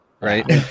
right